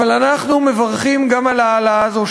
אבל אנחנו מברכים גם על ההעלאה הזו.